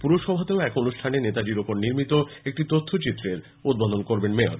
পুরসভাতে এক অনুষ্ঠানে নেতাজির উপরে নির্মিত একটি তথ্যচিত্রের উদ্বোধন করবেন মেয়র